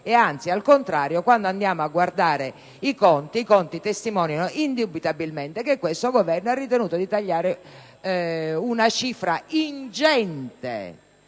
fatto. Al contrario, se andiamo a guardare i conti, essi testimoniano indubitabilmente che il Governo ha ritenuto di tagliare una cifra ingente